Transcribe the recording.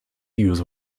use